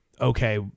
okay